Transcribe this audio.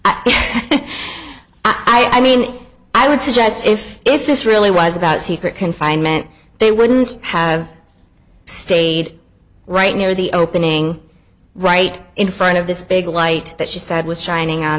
lot i mean i would suggest if if this really was about secret confinement they wouldn't have stayed right near the opening right in front of this big light that she said was shining on